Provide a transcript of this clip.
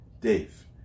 Dave